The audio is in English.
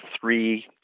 three